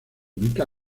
ubica